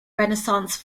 renaissance